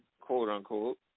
quote-unquote